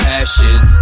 ashes